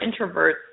introverts